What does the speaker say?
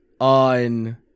on